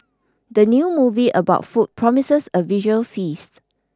the new movie about food promises a visual feast